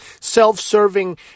self-serving